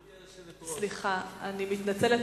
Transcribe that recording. גברתי היושבת-ראש, סליחה, אני מתנצלת,